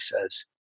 says